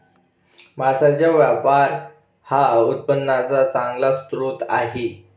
मांसाचा व्यापार हा उत्पन्नाचा चांगला स्रोत आहे